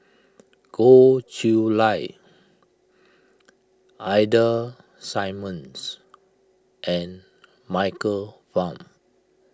Goh Chiew Lye Ida Simmons and Michael Fam